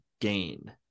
gain